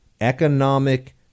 economic